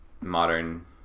modern